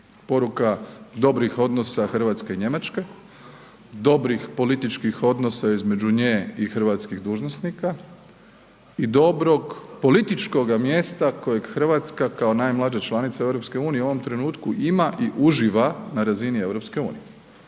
poruka dobrih odnosa RH i Njemačke, dobrih političkih odnosa između nje i hrvatskih dužnosnika i dobrog političkoga mjesta kojeg RH kao najmlađa članica EU u ovom trenutku ima i uživa na razini EU,